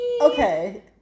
Okay